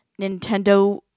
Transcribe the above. Nintendo